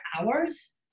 hours